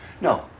no